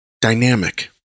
dynamic